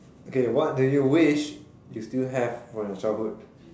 okay what did you wish you still have from your childhood